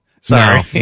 Sorry